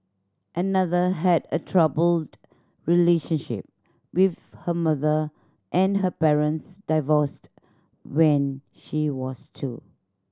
another had a troubled relationship with her mother and her parents divorced when she was two